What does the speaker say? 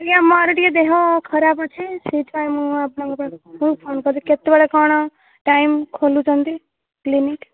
ଆଜ୍ଞା ମୋର ଟିକେ ଦେହ ଖରାପ ଅଛି ସେଇଥିପାଇଁ ମୁଁ ଆପଣଙ୍କ ପାଖକୁ ଫୋନକଲି କେତେବେଳେ କଣ ଟାଇମ୍ ଖୋଲୁଛନ୍ତି କ୍ଲିନିକ୍